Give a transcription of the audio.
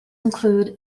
include